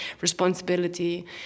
responsibility